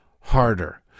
harder